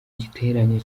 giterane